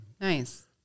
Nice